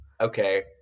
okay